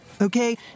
okay